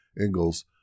Ingalls